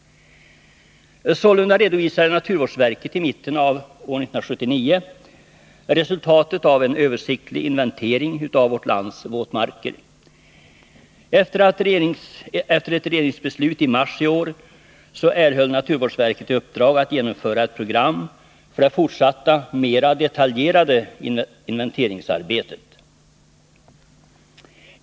Sålunda redovisade naturvårdsverket i mitten av 1979 resultatet av en översiktlig inventering av vårt lands våtmarker. Efter ett regeringsbeslut i mars i år erhöll naturvårdsverket i uppdrag att genomföra ett program för det fortsatta, mera detaljerade inventeringsarbetet.